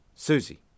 Susie